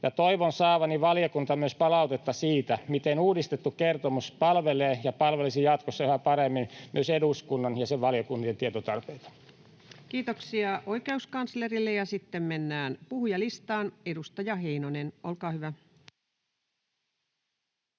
toivon saavani valiokunnilta myös palautetta siitä, miten uudistettu kertomus palvelee ja palvelisi jatkossa yhä paremmin myös eduskunnan ja sen valiokuntien tietotarpeita. Kiitoksia oikeuskanslerille, ja sitten mennään puhujalistaan. — Edustaja Heinonen, olkaa hyvä.